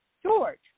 George